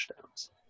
touchdowns